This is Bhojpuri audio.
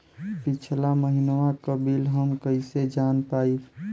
पिछला महिनवा क बिल हम कईसे जान पाइब?